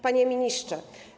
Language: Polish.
Panie Ministrze!